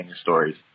stories